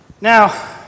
Now